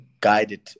guided